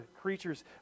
creatures